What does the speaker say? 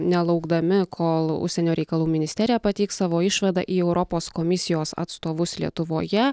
nelaukdami kol užsienio reikalų ministerija pateiks savo išvadą į europos komisijos atstovus lietuvoje